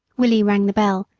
willie rang the bell,